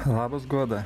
labas guoda